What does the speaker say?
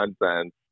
nonsense